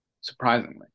surprisingly